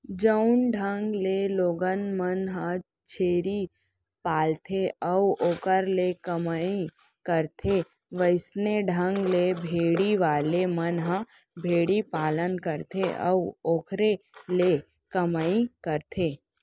जउन ढंग ले लोगन मन ह छेरी पालथे अउ ओखर ले कमई करथे वइसने ढंग ले भेड़ी वाले मन ह भेड़ी पालन करथे अउ ओखरे ले कमई करथे